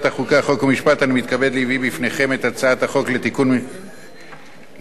אני מתכבד להביא בפניכם את הצעת החוק לתיקון חוק עובדים זרים,